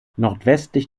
nordwestlich